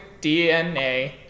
DNA